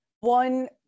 One